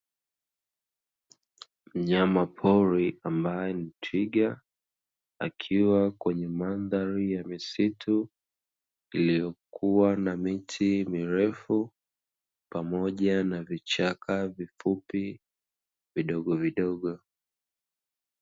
Mnyama pori ambaye ni twiga akiwa kwenye mandhari ya misitu iliyokua na miti mirefu pamoja na vichaka vifupi vidogovidogo.